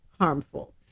harmful